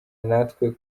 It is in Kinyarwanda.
natwe